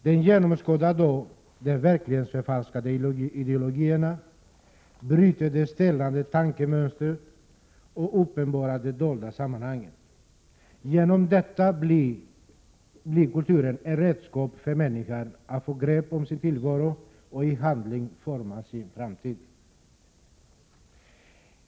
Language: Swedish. Den genomskådar då de verklighetsförfalskande ideologierna, bryter de stelnade tankemönstren och uppenbarar de dolda sammanhangen. Härigenom blir kulturen ett redskap för människan när det gäller att få grepp om sin tillvaro och att i handling forma sin framtid.